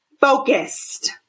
focused